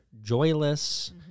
joyless